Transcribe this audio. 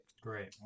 Great